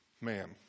Man